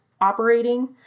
operating